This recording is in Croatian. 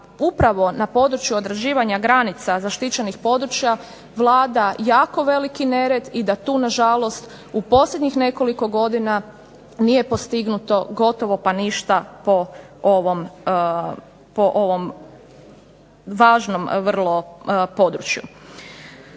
upravo na području određivanja granica zaštićenih područja vlada jako veliki nered i da tu na žalost u posljednjih nekoliko godina nije postignuto gotovo pa ništa po ovom važnom vrlo području.